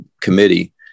committee